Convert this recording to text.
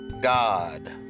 God